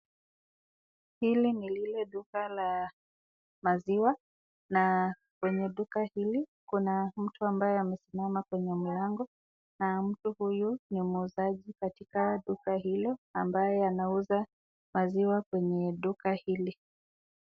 Hili ni lile duka la maziwa na kwenye duka hili kuna mtu ambaye amesimama kwenye mlango na mtu huyu ni muuzaji katika duka hilo ambaye anauza maziwa kwenye duka hili.